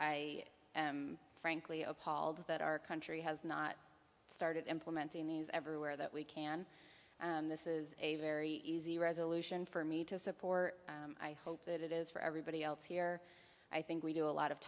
am frankly appalled that our country has not started implementing these everywhere that we can and this is a very easy resolution for me to support i hope it is for everybody else here i think we do a lot of